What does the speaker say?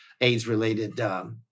AIDS-related